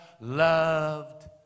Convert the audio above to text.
loved